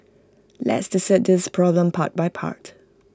let's dissect this problem part by part